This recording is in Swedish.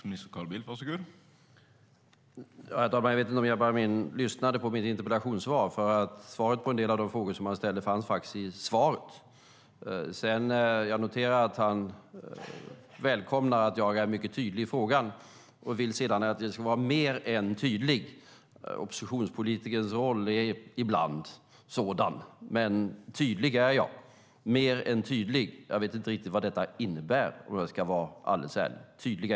Herr talman! Jag vet inte om Jabar Amin lyssnade på mitt interpellationssvar. Svaret på en del frågor som han ställde fanns faktiskt i svaret. Jag noterar att Jabar Amin välkomnar att jag är mycket tydlig i frågan, men sedan vill han att jag ska vara mer än tydlig. Oppositionspolitikerns roll är ibland sådan, men tydlig är jag, mer än tydlig. Jag vet inte riktigt vad detta innebär, om jag ska vara alldeles ärlig.